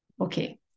Okay